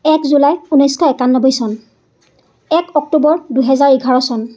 এক জুলাই ঊনৈছশ একানব্বৈ চন এক অক্টোবৰ দুহেজাৰ এঘাৰ চন